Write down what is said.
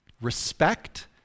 respect